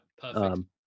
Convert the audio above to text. perfect